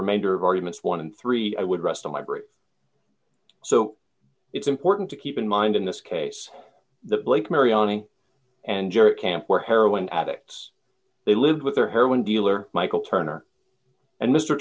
remainder of arguments one and three i would rest of my brain so it's important to keep in mind in this case the blake maryon ing and jerry camp were heroin addicts they lived with their hair when dealer michael turner and mr